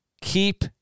Keep